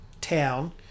town